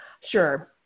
sure